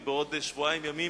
ובעוד שבועיים ימים